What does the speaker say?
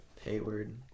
Hayward